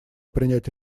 принять